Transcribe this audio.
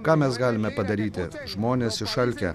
ką mes galime padaryti žmonės išalkę